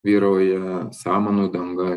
vyrauja samanų danga